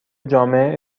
جامع